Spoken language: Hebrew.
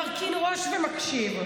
מרכין ראש ומקשיב.